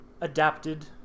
adapted